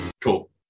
cool